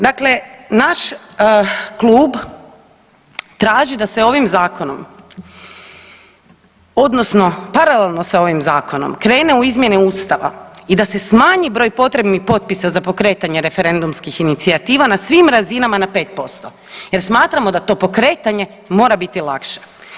Dakle, naš klub traži da se ovim zakonom odnosno paralelno s ovim zakonom krene u izmjene Ustava i da se smanji broj potrebnih potpisa za pokretanje referendumskih inicijativa na svim razinama na 5% jer smatramo da to pokretanje mora biti lakše.